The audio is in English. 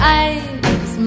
eyes